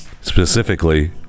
specifically